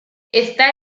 está